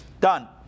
done